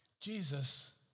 Jesus